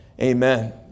Amen